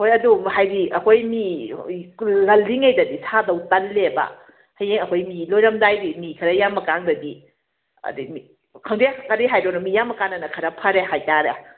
ꯍꯣꯏ ꯑꯗꯨꯝ ꯍꯥꯏꯗꯤ ꯑꯩꯈꯣꯏ ꯃꯤ ꯉꯜꯂꯤꯉꯩꯗꯗꯤ ꯁꯥꯗꯧ ꯇꯜꯂꯦꯕ ꯍꯌꯦꯡ ꯑꯩꯈꯣꯏ ꯃꯤ ꯂꯣꯏꯔꯝꯗꯥꯏꯒꯤ ꯃꯤ ꯈꯔ ꯌꯥꯝꯃꯀꯥꯟꯗꯗꯤ ꯑꯗꯩ ꯃꯤ ꯈꯪꯗꯦ ꯀꯔꯤ ꯍꯥꯏꯗꯣꯔꯤꯝꯅꯣ ꯃꯤ ꯌꯥꯝꯃꯀꯥꯟꯗ ꯈꯔ ꯐꯔꯦ ꯍꯥꯏ ꯇꯥꯔꯦ